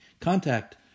Contact